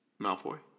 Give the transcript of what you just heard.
Malfoy